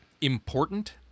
important